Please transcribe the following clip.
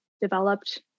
developed